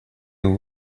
его